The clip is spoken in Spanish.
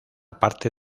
parte